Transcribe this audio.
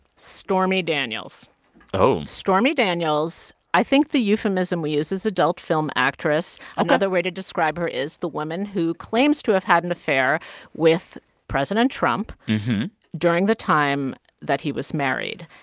stormy daniels oh stormy daniels i think the euphemism we use is adult film actress ok another way to describe her is the woman who claims to have had an affair with president trump during the time that he was married.